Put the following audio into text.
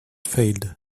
failed